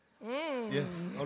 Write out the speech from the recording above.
Yes